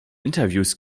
interviews